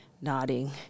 nodding